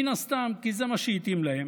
מן הסתם כי זה מה שהתאים להם,